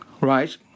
Right